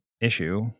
issue